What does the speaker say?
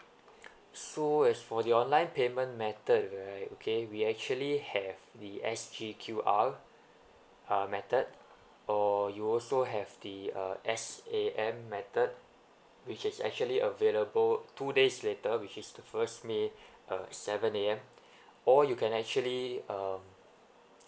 so as for the online payment method right okay we actually have the S G Q_R uh method or you also have the uh SAM method which is actually available two days later which is to first may uh seven A_M or you can actually uh